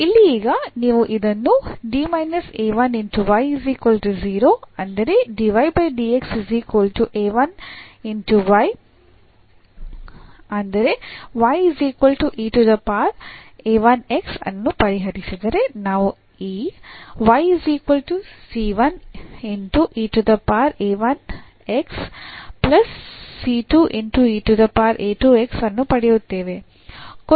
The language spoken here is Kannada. ಇಲ್ಲಿ ಈಗ ನೀವು ಇದನ್ನು ಅನ್ನು ಪರಿಹರಿಸಿದರೆ ನಾವು ಈ ಅನ್ನು ಪಡೆಯುತ್ತೇವೆ